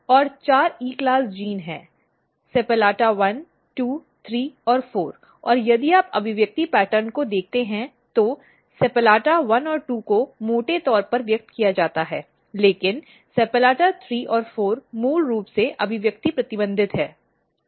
और चार E class gene हैं SEPALLATA1 2 3 और 4 और यदि आप अभिव्यक्ति पैटर्न को देखते हैं तो SEPALLATA1 और 2 को मोटे तौर पर व्यक्त किया जाता है लेकिन SEPALLATA3 और 4 मूल रूप से अभिव्यक्ति प्रतिबंधित है